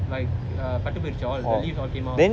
like ah பட்டுபோயிடுச்சு:pattupoyiduchu the leaves all came out